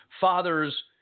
father's